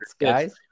guys